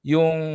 Yung